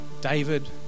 David